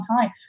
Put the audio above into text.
time